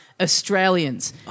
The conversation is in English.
Australians